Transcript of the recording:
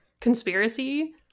conspiracy